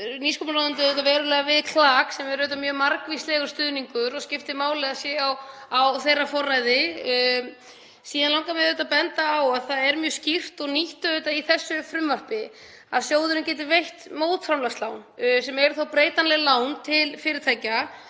nýsköpunarráðuneytið verulega við KLAK sem er mjög margvíslegur stuðningur og skiptir máli að sé á þeirra forræði. Síðan langar mig að benda á að það er mjög skýrt og nýtt auðvitað í þessu frumvarpi að sjóðurinn getur veitt mótframlagslán sem eru þá breytanleg lán til fyrirtækja